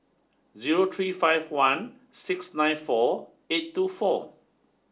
zero three five one six nine four eight two four